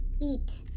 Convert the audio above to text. Eat